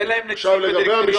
שאין להם נציג בקריטריון.